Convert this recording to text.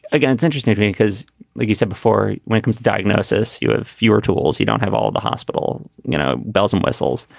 again, it's interesting to me because like you said before, wickham's diagnosis, you have fewer tools. you don't have all the hospital you know bells and whistles.